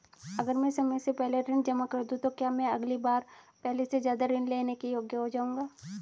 अगर मैं समय से पहले ऋण जमा कर दूं तो क्या मैं अगली बार पहले से ज़्यादा ऋण लेने के योग्य हो जाऊँगा?